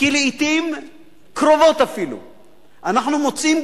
לעתים קרובות אנחנו מוצאים